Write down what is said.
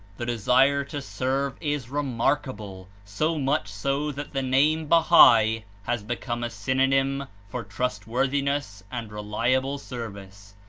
the desire to serve is remarkable, so much so that the name bahai has become a synonym for trustworthiness and reliable service.